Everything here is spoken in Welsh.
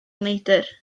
neidr